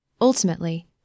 Ultimately